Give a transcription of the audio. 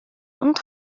und